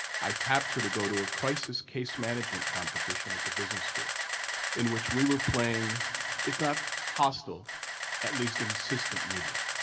i tapped her to go the to a crisis case management competition at the business school in which we were playing if not hostile at least insistent media,